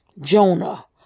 Jonah